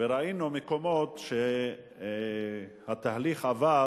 וראינו מקומות שבהם התהליך עבר